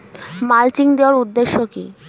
Mulching দেওয়ার উদ্দেশ্য কি?